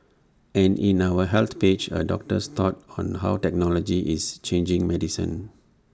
and in our health page A doctor's thoughts on how technology is changing medicine